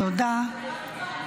תודה רבה.